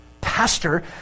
pastor